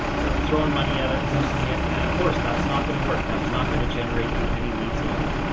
they were throwing money at it, boosting it. and of course, that's not going to work. that is not going to generate you any leads at all.